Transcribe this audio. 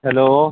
hello